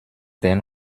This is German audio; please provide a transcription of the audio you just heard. denn